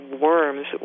worms